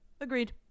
agreed